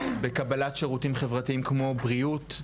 בקבלת שירותים חברתיים כמו בריאות,